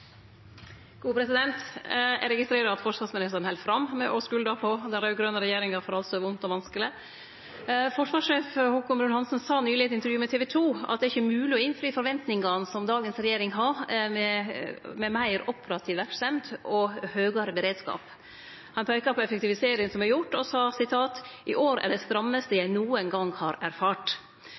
Eg registrerer at forsvarsministeren held fram med å skulde på den raud-grøne regjeringa for alt som er vondt og vanskeleg. Forsvarssjef Haakon Bruun-Hanssen sa nyleg i eit intervju med TV 2 at det ikkje er mogleg å innfri forventningane som dagens regjering har om meir operativ verksemd og høgare beredskap. Han peika på effektiviseringa som er gjord, og sa: «I år er det strammeste jeg noen gang har erfart.»